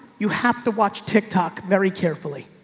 you have to watch ticktock very carefully.